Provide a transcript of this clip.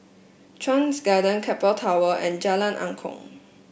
Chuan Garden Keppel Towers and Jalan Angklong